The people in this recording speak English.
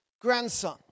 grandson